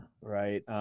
right